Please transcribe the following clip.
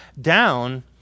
down